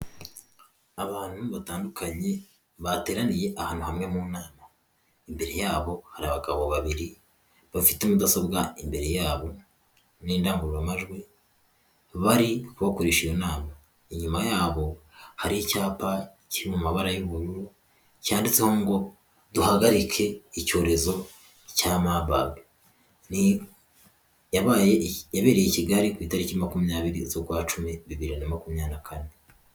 Abantu batandukanye bateraniye ahantu hamwe mu nama, imbere yabo hari abagabo babiri bafite mudasobwa imbere yabo, n'indagurumajwi bari kubakoresha iyo nama, inyuma yabo hari icyapa kiri mabara y'ubururu cyanditseho ngo duhagarike icyorezo cya mabage yabereye i Kigali ku itariki makumyabiri z'uukwa cumi bibiri na makumyabiri na kane.